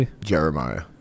Jeremiah